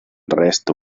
resto